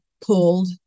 pulled